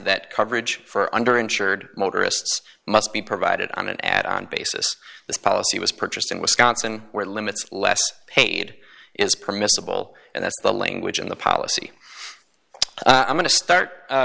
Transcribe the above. that coverage for under insured motorists must be provided on an ad on basis this policy was purchased in wisconsin where limits less paid is permissible and that's the language in the policy i'm going to start